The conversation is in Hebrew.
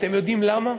אתם יודעים למה?